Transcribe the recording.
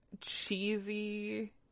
cheesy